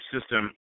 system